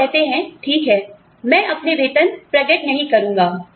आप कहते हैं ठीक है मैं अपने वेतन प्रकट नहीं करूंगा